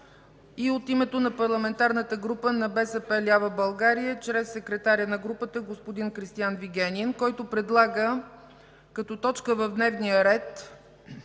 и от името на Парламентарната група на БСП лява България, чрез секретаря на групата господин Кристиан Вигенин, който предлага като точка в дневния ред